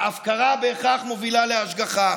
ההפקרה בהכרח מובילה להשגחה.